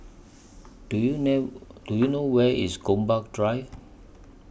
Do YOU Do YOU know Where IS Gombak Drive